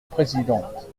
présidente